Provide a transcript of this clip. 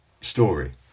story